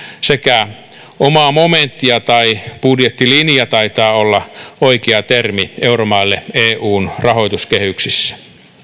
sekä omaa momenttia tai budjettilinja taitaa olla oikea termi euromaille eun rahoituskehyksissä